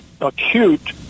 acute